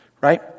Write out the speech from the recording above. right